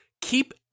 keep